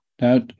Now